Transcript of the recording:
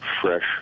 fresh